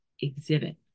exhibit